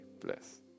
bless